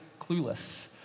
Clueless